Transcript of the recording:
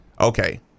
okay